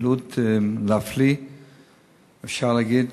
אפשר להגיד.